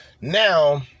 Now